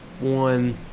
one